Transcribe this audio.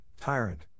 tyrant